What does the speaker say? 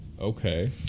Okay